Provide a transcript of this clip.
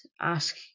ask